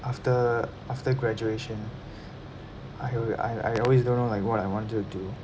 after after graduation I h~ I I always don't know like what I wanted to do